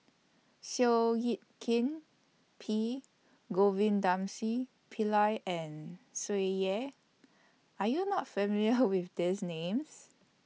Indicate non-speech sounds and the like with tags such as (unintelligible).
Seow Yit Kin P (unintelligible) Pillai and Tsung Yeh Are YOU not familiar with These Names